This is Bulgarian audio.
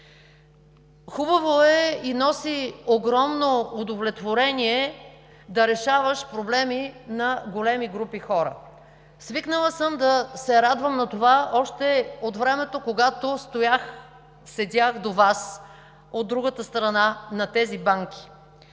Хубаво е и носи огромно удовлетворение да решаваш проблеми на големи групи хора. Свикнала съм да се радвам на това още от времето, когато седях до Вас, от другата страна на тези банки.